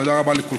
תודה רבה לכולכם.